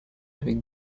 avec